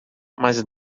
mas